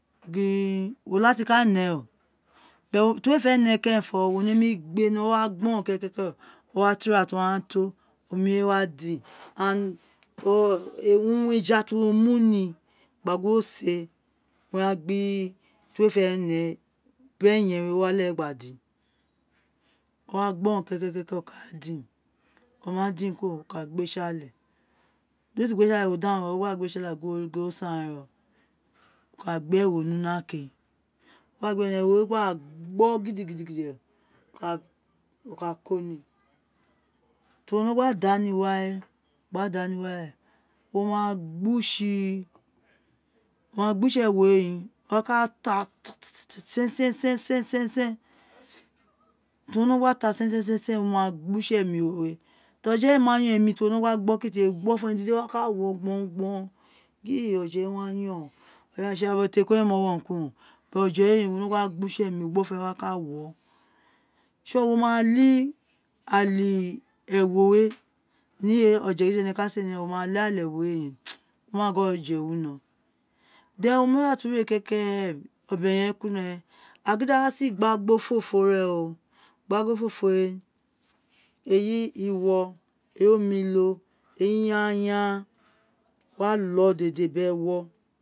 wo la ti ka néè o ti uwo éè fẹ nẹ kẹrẹn fọ wo nemi gbéè ni owa gbọrọn ikẹkẹkẹ o wa to ira ti owun wa to omi wé wa din and du eja ti uwo mu níí gba gin wo séè wa gbi ti uwo fẹ néè biri ẹyẹn wé o wa leghe gba din o wa gbọrọm kẹkẹkẹ o káà din, o ma din kuro wo ka gbéè si àle di uwo si gbéè si ále wo ka daghanro ma gbéè si àlẹ wo gin o sàn re o wo ka gbé ẹwo ni una kéé wo gba gbe ewo wé ni una o gba gbo wo ka ko ni ti wo nọ gba dáà ni wa wé gba dáà ni wa wé wo ma gbusi wo ma gbusi ẹwó we in di uwo ka da ti wo no gba ta wo ma gbusé emi wé ti ojo ma yon mi emi ti wo nọ gba gbo kuti wé ugbọfun rẹ wa ka wọ gbọrọn gin ọjẹ wi inoni o, ọjẹ ẹwo ti éè mọ urun ki urun ojẹ wé n wo nọ gbusi ẹmi ugbọfun rẹ wa ka wóò sọn wo ma li àlẹ ẹwo wé ọjẹ jijẹ ti ẹnẹ ka se ni inọli wo ma la àlẹ ẹwo in wo wa ma gin ọjẹ winọ then wo ma da tu ré kékére obẹ-ẹyẹn ki nọrọn rẹn a gin di awa sé igba-gba ofofo re o igba-gba ofofo wé eyi iwọ eyi omilo eyi iyanyan wo wa lo dede gẹrẹ